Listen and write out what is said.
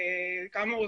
כאמור,